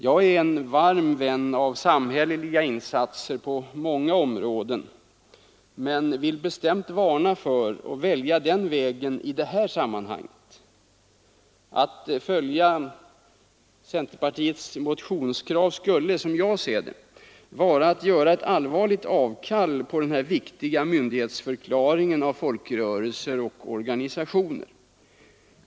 Jag är en varm vän av samhälleliga insatser på många områden, men jag vill bestämt varna för att välja den vägen i det här sammanhanget. Att följa centerpartiets motionskrav skulle, som jag ser det, vara att göra allvarligt avkall på den viktiga myndighetsförklaringen av folkrörelser och organisationer.